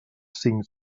cinc